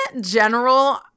general